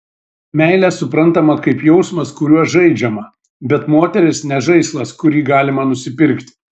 meilė suprantama kaip jausmas kuriuo žaidžiama bet moteris ne žaislas kurį galima nusipirkti